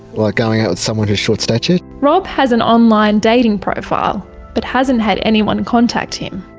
like going out with someone whose short statured. rob has an online dating profile but hasn't had anyone contact him.